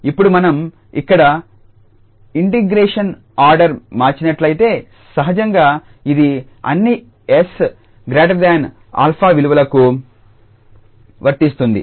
ఇప్పుడు మనం ఇక్కడ ఇంటెగ్రేషన్ ఆర్డర్ మార్చినట్లయితే సహజంగా ఇది అన్ని 𝑠𝛼 విలువలకి వర్తిస్తుంది